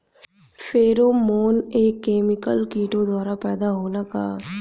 Pheromone एक chemical किटो द्वारा पैदा होला का?